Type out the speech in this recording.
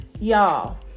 Y'all